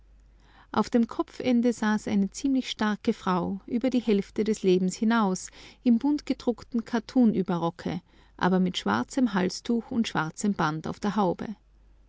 an dem kopfende saß eine ziemlich starke frau über die hälfte des lebens hinaus im buntgedruckten kattunüberrocke aber mit schwarzem halstuch und schwarzem band auf der haube